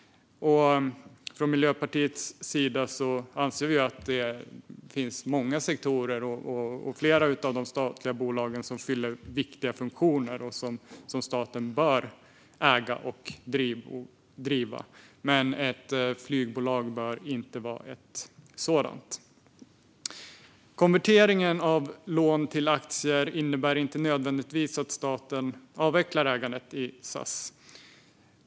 Från Miljöpartiets sida anser vi att det finns många sektorer där flera av de statliga bolagen fyller viktiga funktioner, och dessa bolag bör staten äga och driva. Men ett flygbolag bör inte vara ett sådant. Konverteringen av lån till aktier innebär inte nödvändigtvis att staten avvecklar ägandet i SAS.